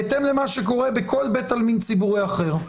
בהתאם למה שקורה בכל בית עלמין ציבורי אחר?